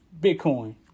Bitcoin